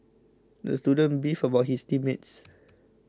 the student beefed about his team mates